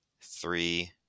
three